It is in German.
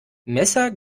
messer